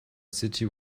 city